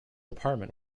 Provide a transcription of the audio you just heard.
apartment